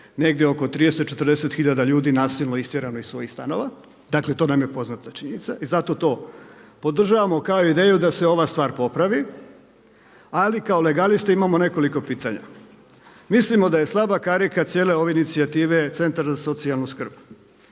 negdje oko 30, 40 tisuća ljudi nasilno istjerano iz svojih stanova. Dakle to nam je poznata činjenica i zato to podržavamo kao ideju da se ova stvar popravi ali kao legalista imamo nekoliko pitanja. Mislimo da je slaba karika cijele ove inicijative centar za socijalnu skrb